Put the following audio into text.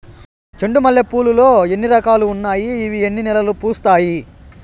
చెండు మల్లె పూలు లో ఎన్ని రకాలు ఉన్నాయి ఇవి ఎన్ని నెలలు పూస్తాయి